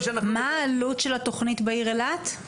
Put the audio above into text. מה העלות של התוכנית בעיר אילת?